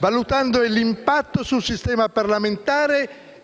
valutandone l'impatto sul sistema parlamentare